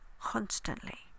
constantly